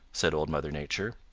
said old mother nature.